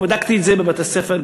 בדקתי את זה בבתי-ספר,